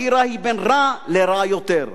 הבחירה היא בין רע לרע יותר.